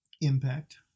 Impact